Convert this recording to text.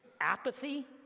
apathy